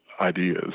ideas